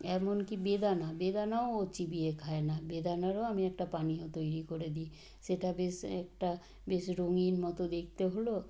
এমনকি বেদানা বেদানাও ও চিবিয়ে খায় না বেদানারও আমি একটা পানীয় তৈরি করে দিই সেটা বেশ একটা বেশ রঙিন মতো দেকতে হল